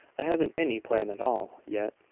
i haven't any plan at all yet.